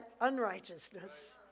unrighteousness